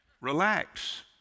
relax